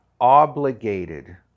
obligated